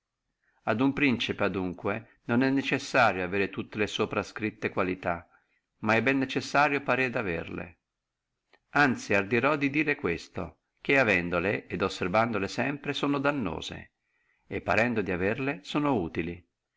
a uno principe adunque non è necessario avere in fatto tutte le soprascritte qualità ma è bene necessario parere di averle anzi ardirò di dire questo che avendole et osservandole sempre sono dannose e parendo di averle sono utile